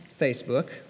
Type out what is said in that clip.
Facebook